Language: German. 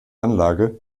anlage